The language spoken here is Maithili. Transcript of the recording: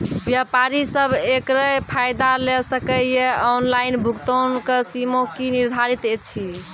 व्यापारी सब एकरऽ फायदा ले सकै ये? ऑनलाइन भुगतानक सीमा की निर्धारित ऐछि?